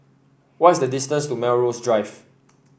what is the distance to Melrose Drive